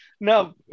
no